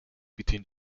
between